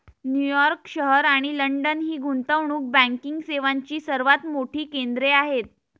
New York शहर आणि London ही गुंतवणूक बँकिंग सेवांची सर्वात मोठी केंद्रे आहेत